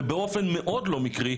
ובאופן מאוד לא מקרי,